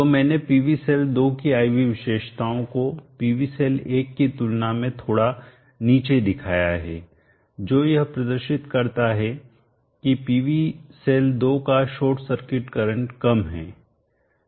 तो मैंने PV cell 2 की I V विशेषताओं को PV सेल 1 की तुलना में थोड़ा नीचे दिखाया हैजो यह प्रदर्शित करता है कि PV सेल 2 का शॉर्ट सर्किट करंट कम है